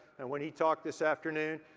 and when he talked this afternoon.